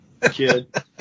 kid